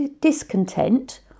discontent